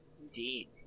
Indeed